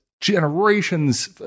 generations